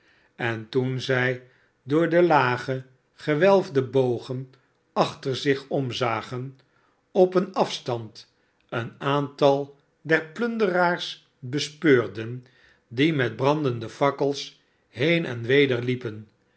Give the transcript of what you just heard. en toen zij door de lage gewelfde bogen achter zich omzagen op een afstand een aantal der plunderaars bespeurden die met brandende fakkels heen en weder liepen